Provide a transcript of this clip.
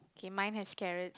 K mine has carrots